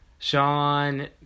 Sean